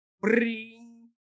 bring